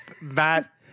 Matt